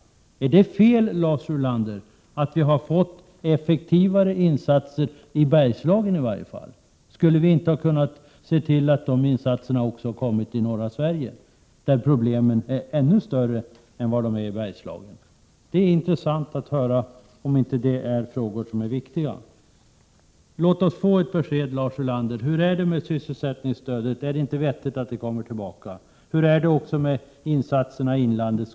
Är det fel, Lars Ulander, att vi har fått effektivare insatser i varje fall i Bergslagen? Borde vi inte ha kunnat se till att de insatserna också kommit i norra Sverige, där problemen är ännu större än i Bergslagen? Det är intressant att höra om inte det är frågor som är viktiga. Låt oss få ett besked, Lars Ulander: Är det inte vettigt att sysselsättningsstödet kommer tillbaka? Och hur är det med insatserna i inlandet?